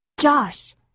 Josh